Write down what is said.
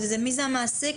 מי זה המעסיק?